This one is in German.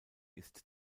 ist